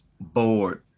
bored